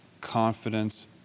confidence